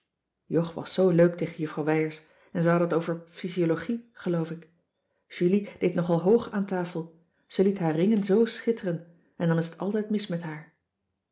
jog was zoo leuk tegen juffrouw wijers en ze hadden het over physiologie geloof ik julie deed nogal hoog aan tafel ze liet haar ringen zoo schitteren en dan is het altijd mis met haar